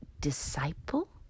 disciple